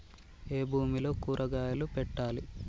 ఏ భూమిలో కూరగాయలు పెట్టాలి?